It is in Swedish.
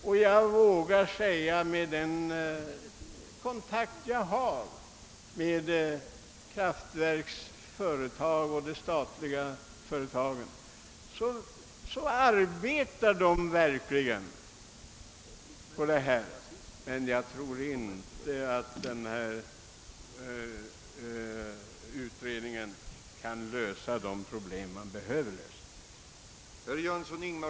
Och med den kontakt jag har med kraftverksföretagen vågar jag säga att de verkligen arbetar med dessa frågor. Däremot tror jag inte att den utredning som reservanterna talar om kan lösa de problem som här föreligger.